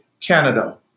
Canada